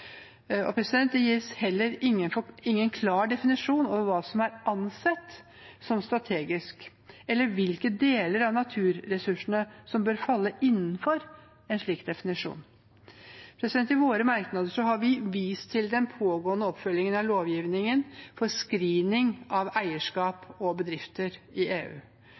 Det gis heller ingen klar definisjon av hva som er ansett som strategisk, eller hvilke deler av naturressursene som bør falle innenfor en slik definisjon. I våre merknader har vi vist til den pågående oppfølgingen av lovgivningen for screening av eierskap og bedrifter i EU.